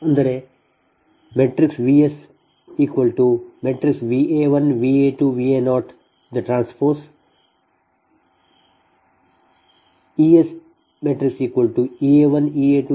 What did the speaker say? ಅಂದರೆ VsVa1 Va2 Va0 T EsEa1 Ea2 Ea0 T